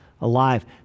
alive